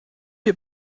wir